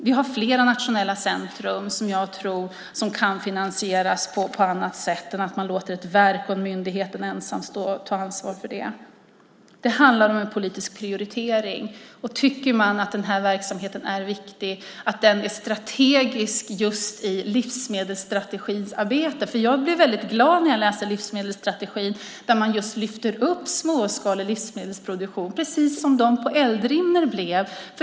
Vi har flera nationella centrum som kan finansieras på annat sätt än att man låter ett verk eller en myndighet ensamt ta ansvar för det. Det handlar om en politisk prioritering om man tycker att verksamheten är viktig och strategisk i livsmedelsstrategiarbetet. Jag blev glad när jag läste hur livsmedelsstrategin lyfter upp småskalig livsmedelsproduktion. Det blev de på Eldrimner också.